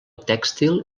tèxtil